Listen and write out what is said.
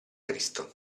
cristo